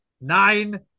nine